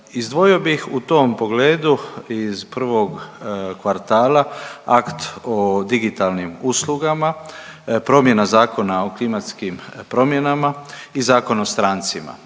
Izdvojio bih u tom pogledu iz prvog kvartala akt o digitalnim uslugama, promjena Zakona o klimatskim promjenama i Zakon o strancima.